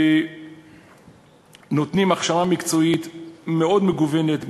אנחנו נותנים הכשרה מקצועית מאוד מגוונת,